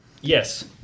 Yes